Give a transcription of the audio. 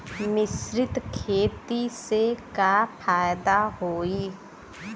मिश्रित खेती से का फायदा होई?